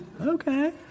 Okay